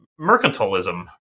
mercantilism